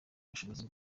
bushobozi